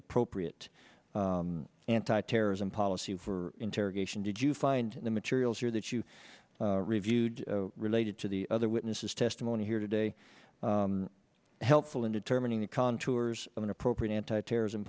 appropriate anti terrorism policy for interrogation did you and the materials here that you reviewed related to the other witnesses testimony here today helpful in determining the contours of an appropriate anti terrorism